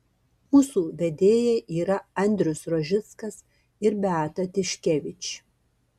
mūsų vedėjai yra andrius rožickas ir beata tiškevič